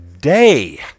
day